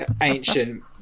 ancient